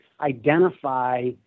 identify